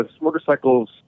motorcycles